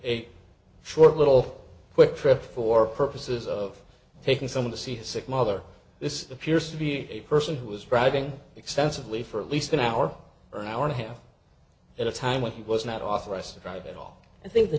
a short little quick trip for purposes of taking some of the sea sick mother this appears to be a person who was riding extensively for at least an hour or an hour and a half at a time when he was not authorized to drive at all i think the